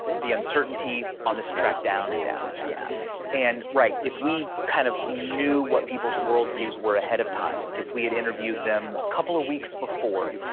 the uncertainty on this track down and down? and yeah and right, if we kind of knew what people's worldviews were ahead of time, like if we had interviewed them a couple of weeks before,